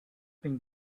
been